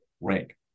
rank